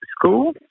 school